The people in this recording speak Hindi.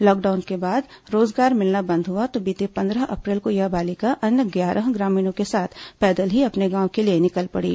लॉकडाउन के बाद रोजगार मिलना बंद हुआ तो बीते पन्द्रह अप्रैल को यह बालिका अन्य ग्यारह ग्रामीणों के साथ पैदल ही अपने गांव के लिए निकल पड़ी